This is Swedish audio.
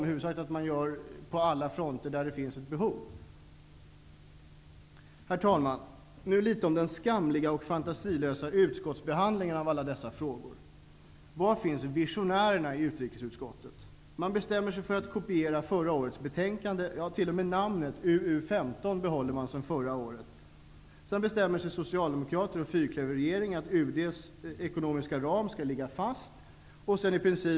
Huvudsaken är att man verkar på alla fronter där det finns ett behov. Herr talman! Jag vill till slut kommentera den skamliga och fantasilösa utskottsbehandlingen av alla dessa frågor. Var finns visionärerna i utrikesutskottet? Man bestämmer sig för att kopiera förra årets betänkande. T.o.m. namnet UU15 behåller man sedan förra året. Sedan bestämmer sig Socialdemokraterna och fyrklöverregeringen för att den ekonomiska ram som UD har föreslagit skall ligga fast.